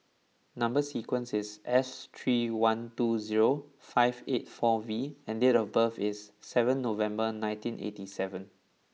number sequence is S three one two zero five eight four V and date of birth is seven November nineteen eighty seven